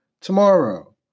tomorrow